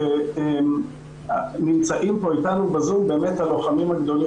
כי כשיוצאים לרחובות פוגשים בעיקר את האוכלוסיות האלו.